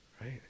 Right